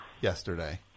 yesterday